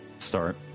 Start